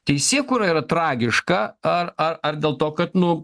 teisėkūra yra tragiška ar ar dėl to kad nu